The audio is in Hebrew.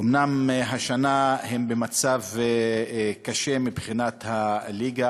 אומנם השנה הם במצב קשה מבחינת הליגה,